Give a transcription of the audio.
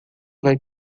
vai